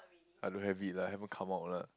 I don't have it lah haven't come out lah